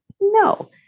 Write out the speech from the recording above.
No